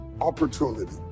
opportunity